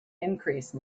increase